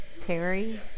Terry